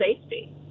safety